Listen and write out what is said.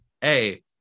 hey